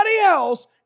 else